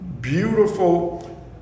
beautiful